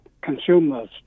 consumers